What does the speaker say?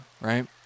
right